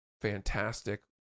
fantastic